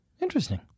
interesting